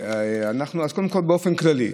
קודם כול, באופן כללי,